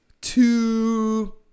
two